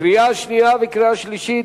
קריאה שנייה וקריאה שלישית.